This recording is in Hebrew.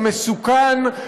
המסוכן,